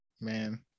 Man